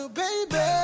baby